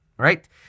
Right